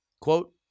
quote